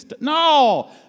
No